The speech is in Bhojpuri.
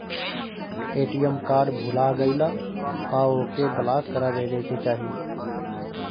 ए.टी.एम कार्ड भूला गईला पअ ओके ब्लाक करा देवे के चाही